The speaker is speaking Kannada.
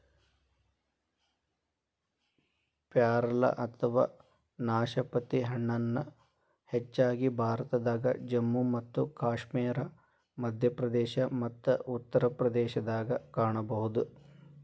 ಪ್ಯಾರಲ ಅಥವಾ ನಾಶಪತಿ ಹಣ್ಣನ್ನ ಹೆಚ್ಚಾಗಿ ಭಾರತದಾಗ, ಜಮ್ಮು ಮತ್ತು ಕಾಶ್ಮೇರ, ಮಧ್ಯಪ್ರದೇಶ ಮತ್ತ ಉತ್ತರ ಪ್ರದೇಶದಾಗ ಕಾಣಬಹುದು